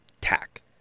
Tack